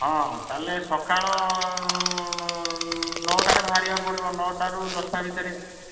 ହଁ ତାହେଲେ ସକାଳ ନଅଟାରେ ବାହାରିବା ପଡ଼ିବ ନଅଟାରୁ ଦଶଟା ଭିତରେ